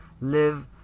live